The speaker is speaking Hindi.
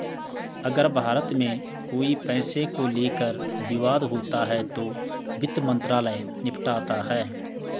अगर भारत में कोई पैसे को लेकर विवाद होता है तो वित्त मंत्रालय निपटाता है